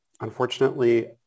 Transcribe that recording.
unfortunately